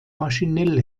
maschinell